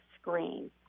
screen